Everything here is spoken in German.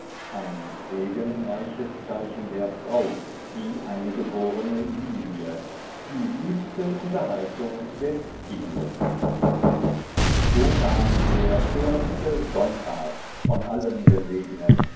ein segenreiches zeichen der frau die eine geborne lilie die liebste unterhaltung des kindes so kam der erste sonntag von allen gesegnet